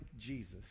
Jesus